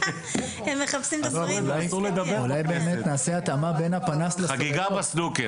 הייתי מוודא שתהיה התאמה בין סוג הפנס לסוג הסוללות.